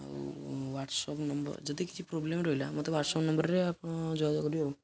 ଆଉ WhatsApp number ଯଦି କିଛି ପ୍ରୋବ୍ଲେମ୍ ରହିଲା ମୋତେ ହ୍ଵାଟ୍ସପ୍ ନମ୍ବର୍ରେ ଆପଣ ଯୋଗ କରିବେ ଆଉ